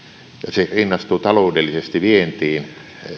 se rinnastuu taloudellisesti vientiin